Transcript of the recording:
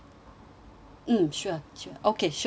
mm sure sure okay sure there just